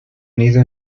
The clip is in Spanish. nido